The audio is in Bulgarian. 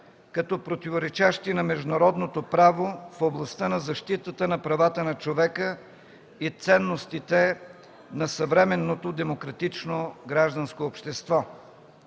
като противоречащи на международното право в областта на защитата на правата на човека и ценностите на съвременното демократично гражданско общество.